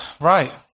Right